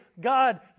God